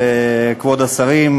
כבוד השרים,